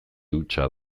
hutsa